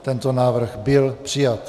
Tento návrh byl přijat.